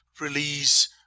release